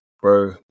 bro